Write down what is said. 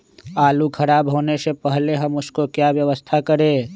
आलू खराब होने से पहले हम उसको क्या व्यवस्था करें?